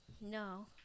No